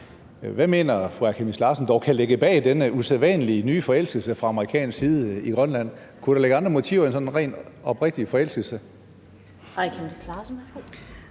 Hvad mener fru Aaja Chemnitz Larsen dog kan ligge bag denne usædvanlige nye forelskelse i Grønland fra amerikansk side? Kunne der ligger andre motiver end sådan ren oprigtig forelskelse?